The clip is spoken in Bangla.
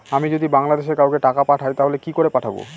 আমি যদি বাংলাদেশে কাউকে টাকা পাঠাই তাহলে কি করে পাঠাবো?